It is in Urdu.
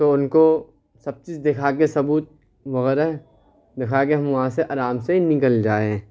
تو ان کو سب چیز دکھا کے ثبوت وغیرہ دکھا کے ہم وہاں سے آرام سے نکل جائیں